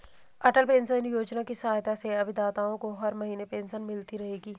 अटल pension योजना की सहायता से अभिदाताओं को हर महीने पेंशन मिलती रहेगी